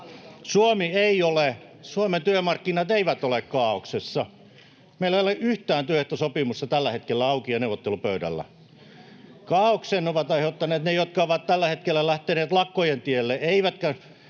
Suomen työmarkkinat eivät ole kaaoksessa. Meillä ei ole yhtään työehtosopimusta tällä hetkellä auki ja neuvottelupöydällä. Kaaoksen ovat aiheuttaneet ne, jotka ovat tällä hetkellä lähteneet lakkojen tielle